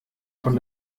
von